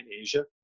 Asia